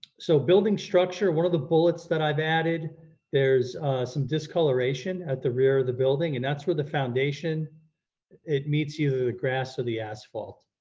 so building structure one of the bullets that i've added there's some discoloration at the rear of the building and that's where the foundation it meets either the grass or the asphalt.